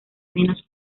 menos